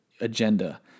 agenda